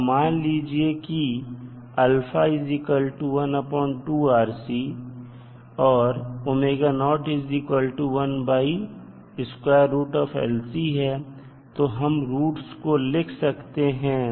अब मान लीजिए की α और है तो हम रूट्स को लिख सकते हैं